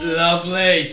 lovely